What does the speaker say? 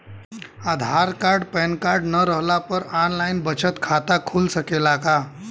आधार card PAN card न रहला पर आन लाइन बचत खाता खुल सकेला का?